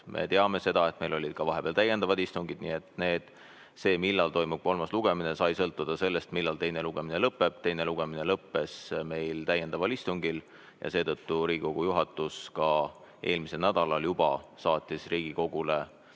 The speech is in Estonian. Me teame seda, et meil olid vahepeal ka täiendavad istungid, nii et see, millal toimub kolmas lugemine, sai sõltuda sellest, millal teine lugemine lõpeb. Teine lugemine lõppes meil täiendaval istungil ja seetõttu saatis Riigikogu juhatus eelmisel nädalal juba Riigikogule